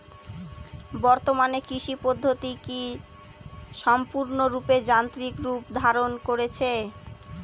বর্তমানে কৃষি পদ্ধতি কি সম্পূর্ণরূপে যান্ত্রিক রূপ ধারণ করেছে?